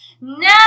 No